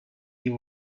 you